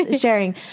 Sharing